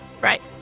Right